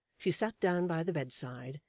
she sat down by the bedside,